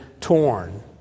torn